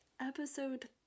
episode